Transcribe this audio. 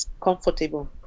comfortable